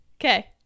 Okay